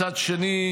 מצד שני,